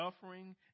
suffering